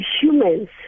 humans